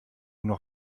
noch